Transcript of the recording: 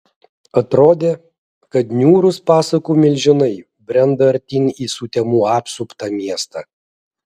atrodė kad niūrūs pasakų milžinai brenda artyn į sutemų apsuptą miestą